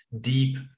deep